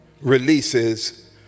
releases